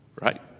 right